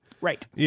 Right